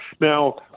Now